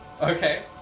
Okay